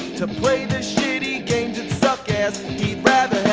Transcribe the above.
to play the shitty games that suck ass